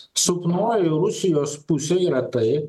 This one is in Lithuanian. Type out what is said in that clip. silpnoji rusijos pusė yra tai